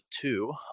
two